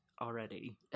Already